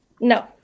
No